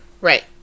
Right